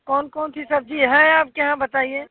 कौन कौन सी सब्ज़ी है आपके यहाँ बताइए